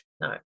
no